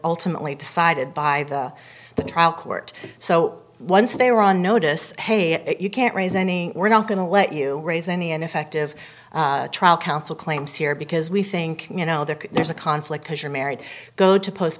ultimately decided by the the trial court so once they were on notice hey you can't raise any were and i'm going to let you raise any ineffective trial counsel claims here because we think you know that there's a conflict because you're married go to post